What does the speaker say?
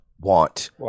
want